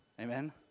Amen